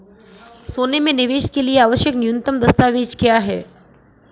सोने में निवेश के लिए आवश्यक न्यूनतम दस्तावेज़ क्या हैं?